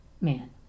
man